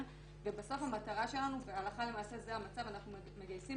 ובסוף המטרה שלנו והלכה למעשה זה המצב אנחנו מגייסים